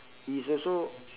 it's also